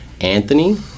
Anthony